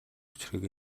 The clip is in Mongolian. хүчирхэг